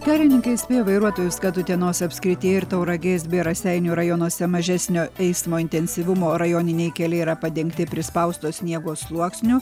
kelininkai įspėja vairuotojus kad utenos apskrityje ir tauragės bei raseinių rajonuose mažesnio eismo intensyvumo rajoniniai keliai yra padengti prispausto sniego sluoksniu